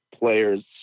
player's